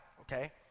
Okay